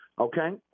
okay